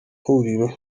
huriro